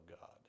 God